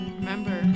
remember